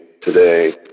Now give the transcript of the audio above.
today